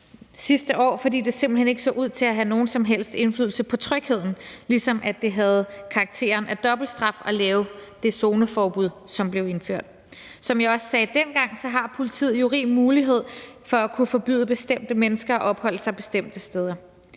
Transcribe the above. sidste år, fordi den simpelt hen ikke så ud til have nogen som helst indflydelse på trygheden, ligesom det havde karakter af dobbeltstraf at lave det zoneforbud, som blev indført. Som jeg også sagde dengang, har politiet jo rig mulighed for at kunne forbyde bestemte mennesker at opholde sig bestemte steder.